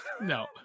no